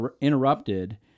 interrupted